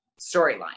storyline